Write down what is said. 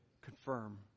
Confirm